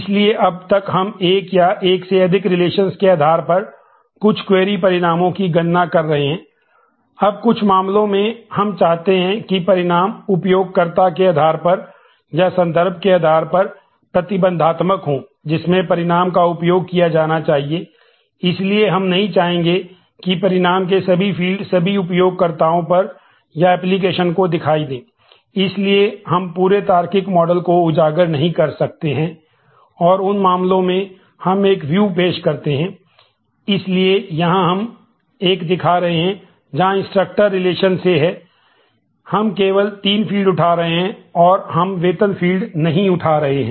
इसलिए अब तक हम एक या एक से अधिक रिलेशंस नहीं उठा रहे हैं